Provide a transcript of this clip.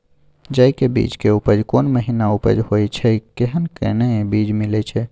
जेय के बीज के उपज कोन महीना उपज होय छै कैहन कैहन बीज मिलय छै?